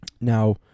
Now